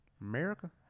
America